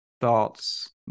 thoughts